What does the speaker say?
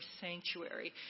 sanctuary